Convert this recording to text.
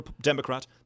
Democrat